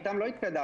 איתם לא התקדמנו,